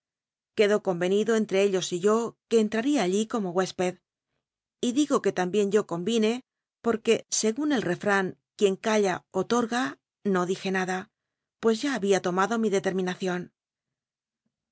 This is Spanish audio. quedó convenido en tre ellos y yo que entraría allí como hucsped y digo que lambien yo conyine porque segun elrefran quien calla olorglt no dije nada pues ya babia tomado mi detcrminacion